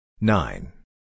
Nine